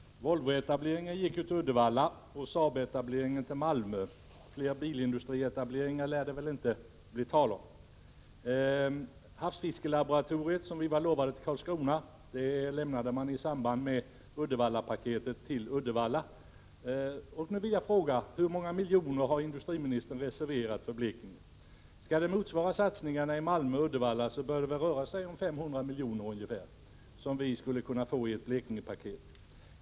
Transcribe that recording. Herr talman! Volvoetableringen gick ju till Uddevalla, och Saabetableringen till Malmö. Fler bilindustrietableringar lär det väl inte bli tal om. Havsfiskelaboratoriet, som var utlovat till Karlskrona, lämnade man i samband med Uddevallapaketet till Uddevalla. Nu vill jag fråga: Hur många miljoner har industriministern reserverat för Blekinge? Skall det motsvara satsningarna i Malmö och Uddevalla, så bör det väl röra sig om ungefär 500 milj.kr. som vi skulle kunna få i ett Blekingepaket.